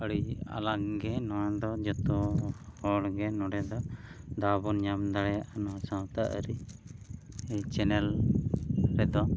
ᱟᱹᱰᱤ ᱟᱞᱟᱜᱽ ᱜᱮ ᱱᱚᱣᱟ ᱫᱚ ᱡᱚᱛᱚ ᱦᱚᱲ ᱜᱮ ᱱᱚᱰᱮ ᱫᱚ ᱫᱟᱣ ᱵᱚᱱ ᱧᱟᱢ ᱫᱟᱲᱮᱭᱟᱜ ᱠᱟᱱᱟ ᱥᱟᱶᱛᱟ ᱟᱹᱨᱤ ᱪᱮᱱᱮᱞ ᱱᱤᱛᱚᱜ